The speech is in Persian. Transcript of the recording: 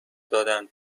دادهاند